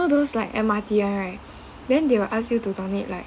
those like M_R_T [one] right then they will ask you to donate like